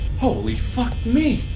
holy fuck me!